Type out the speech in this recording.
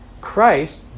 Christ